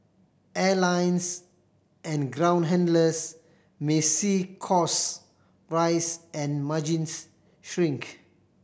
airlines and ground handlers may see cost rise and margins shrink